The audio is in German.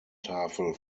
tafel